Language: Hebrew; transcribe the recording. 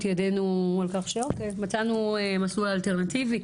ידענו על כך שמצאנו מסלול אלטרנטיבי,